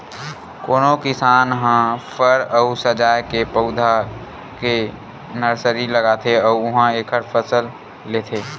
कोनो किसान ह फर अउ सजाए के पउधा के नरसरी लगाथे अउ उहां एखर फसल लेथे